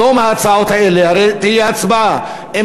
הרי בתום ההצעות האלה תהיה הצבעה אם